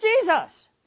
Jesus